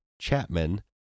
Chapman